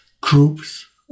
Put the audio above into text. groups